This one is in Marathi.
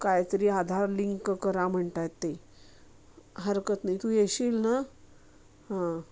काहीतरी आधार लिंक करा म्हणत आहेत ते हरकत नाही तू येशील ना हां